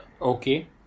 okay